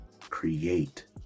create